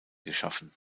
geschaffen